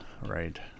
right